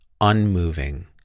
unmoving